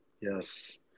Yes